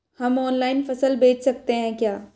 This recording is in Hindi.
हम ऑनलाइन फसल बेच सकते हैं क्या?